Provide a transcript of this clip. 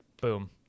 boom